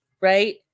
Right